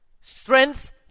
strength